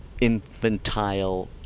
infantile